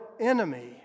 enemy